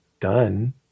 done